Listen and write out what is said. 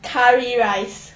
curry rice